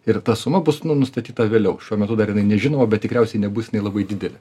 ir ta suma bus nu nustatyta vėliau šiuo metu dar jinai nežinoma bet tikriausiai nebus jinai labai didelė